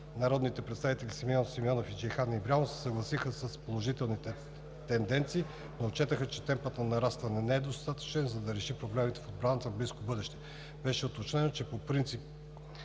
Народните представители Симеон Симеонов и Джейхан Ибрямов се съгласиха с положителните тенденции, но отчетоха, че темпът на нарастване не е достатъчен, за да реши проблемите в отбраната в близко бъдеще. Беше уточнено, че по причина